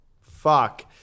Fuck